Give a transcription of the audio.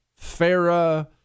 Farah